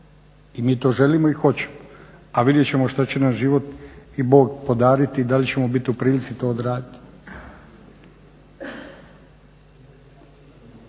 i mi to želimo i hoćemo, a vidjet ćemo što će nas život i Bog podariti, da li ćemo biti u prilici to odraditi.